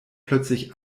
plötzlich